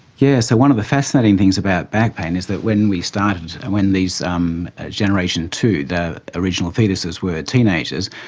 yes, so one of the fascinating things about back pain is that when we started and when um generation two, the original foetuses were teenagers,